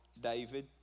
David